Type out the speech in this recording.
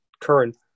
current